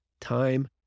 time